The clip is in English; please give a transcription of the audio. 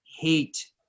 hate